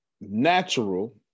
natural